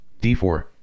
D4